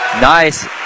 Nice